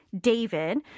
David